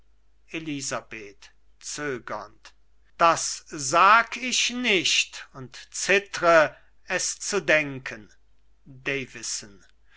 elisabeth zögernd das sag ich nicht und zittre es zu denken